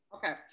Okay